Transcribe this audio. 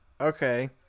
Okay